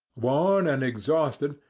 worn and exhausted,